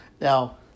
now